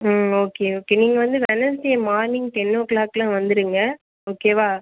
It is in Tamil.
ம் ஓகே ஓகே நீங்கள் வந்து வெட்னஸ்டே மார்னிங் டென் ஓ கிளாக்லாம் வந்துருங்கள் ஓகேவா